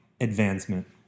advancement